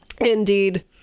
Indeed